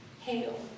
Hail